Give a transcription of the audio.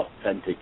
authentic